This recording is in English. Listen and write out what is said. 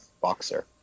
boxer